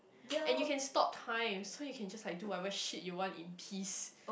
and you can stop time so you can just like do whatever shit you want in peace